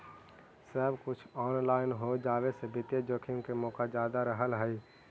सब कुछ ऑनलाइन हो जावे से वित्तीय जोखिम के मोके जादा रहअ हई